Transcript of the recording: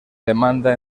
demanda